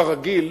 כרגיל,